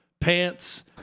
pants